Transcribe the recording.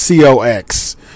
COX